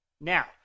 now